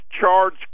charge